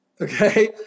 Okay